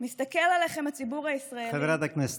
מסתכל עליכם הציבור הישראלי ורואה, חברת הכנסת